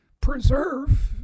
preserve